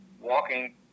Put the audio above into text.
walking